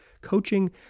coaching